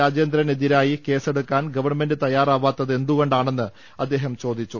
രാജേന്ദ്രനെതിരായി കേസെടുക്കാൻ ഗവൺമെന്റ് തയ്യാറാവാത്തത് എന്തുകൊണ്ടാ ണെന്ന് അദ്ദേഹം ചോദിച്ചു